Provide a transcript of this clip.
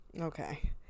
Okay